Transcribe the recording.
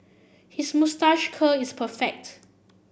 his moustache curl is perfect